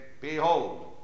Behold